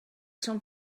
són